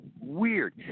weird